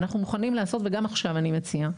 אנחנו מוכנים לעשות וגם עכשיו אני מציעה.